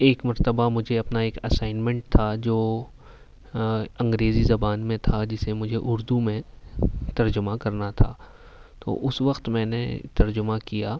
ایک مرتبہ مجھے اپنا ایک اسائنمنٹ تھا جو انگریزی زبان میں تھا جسے مجھے اردو میں ترجمہ کرنا تھا تو اس وقت میں نے ترجمہ کیا